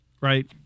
right